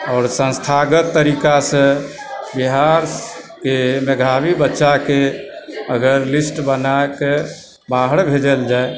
आओर संस्थागत तरीकासँ बिहारके मेधावी बच्चाकेँ अगर लिस्ट बनाकऽ बाहर भेजल जाय